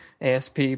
ASP